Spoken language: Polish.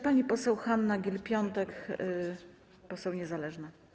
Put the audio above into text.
Pani poseł Hanna Gill-Piątek, poseł niezależna.